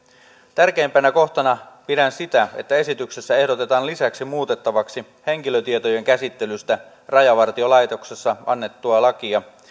tärkeimpänä kohtana pidän sitä että esityksessä ehdotetaan lisäksi muutettavaksi henkilötietojen käsittelystä rajavartiolaitoksessa annettua lakia